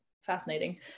fascinating